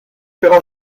però